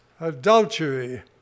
adultery